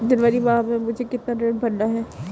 जनवरी माह में मुझे कितना ऋण भरना है?